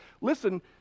listen